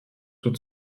sous